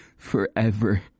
Forever